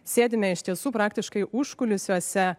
sėdime iš tiesų praktiškai užkulisiuose